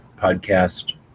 podcast